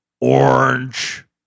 orange